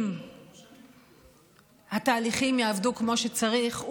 אם התהליכים יעבדו כמו שצריך,